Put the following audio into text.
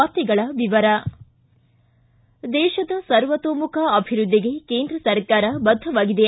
ವಾರ್ತೆಗಳ ವಿವರ ದೇಶದ ಸರ್ವತೋಮುಖ ಅಭಿವೃದ್ಧಿಗೆ ಕೇಂದ್ರ ಸರ್ಕಾರ ಬದ್ಧವಾಗಿದೆ